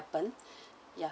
happened ya